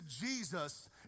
Jesus